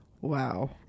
Wow